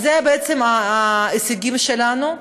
אז אלה בעצם ההישגים שלנו.